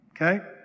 Okay